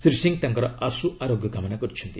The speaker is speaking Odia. ଶ୍ରୀ ସିଂହ ତାଙ୍କର ଆଶୁ ଆରୋଗ୍ୟ କାମନା କରିଛନ୍ତି